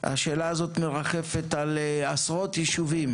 מרחף על עשרות יישובים,